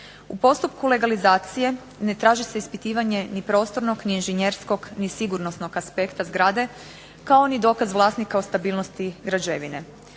U postupku legalizacije ne traži se ispitivanje ni prostornog ni inženjerskog, ni sigurnosnog aspekta zgrade, kao ni dokaz vlasnika o stabilnosti građevine.